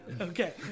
Okay